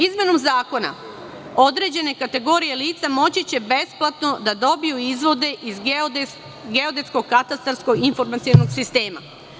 Izmenom zakona određene kategorije lica moći će besplatno da dobiju izvode iz Geodetskog katastarskog informacionog sistema.